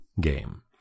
game